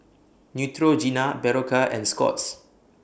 Neutrogena Berocca and Scott's